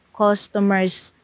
customers